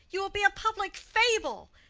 you will be a public fable.